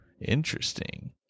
Interesting